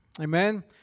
Amen